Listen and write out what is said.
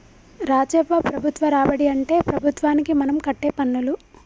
రాజవ్వ ప్రభుత్వ రాబడి అంటే ప్రభుత్వానికి మనం కట్టే పన్నులు